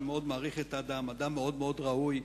אני מאוד מעריך את האדם, אדם מאוד מאוד ראוי,